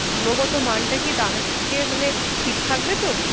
গুণগত মানটা কি দামের চেয়ে মানে ঠিক থাকবে তো